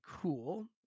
cool